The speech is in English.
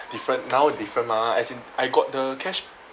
different now different mah as in I got the cash